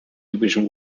division